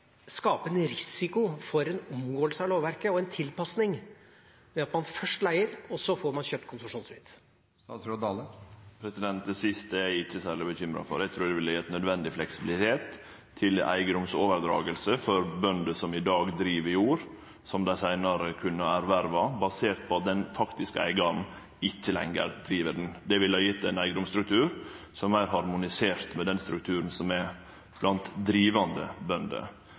skape en risiko for omgåelse av lovverket og tilpasning, ved at man først leier, og så får kjøpt konsesjonsfritt? Det siste er eg ikkje særleg bekymra for. Eg trur det ville ha gjeve nødvendig fleksibilitet til eigedomsoverdraging for bønder som i dag driv jord, som dei seinare kunne erverva basert på at den faktiske eigaren ikkje lenger driv ho. Det ville ha gjeve ein eigedomsstruktur som er meir harmonisert med den strukturen som er blant drivande bønder.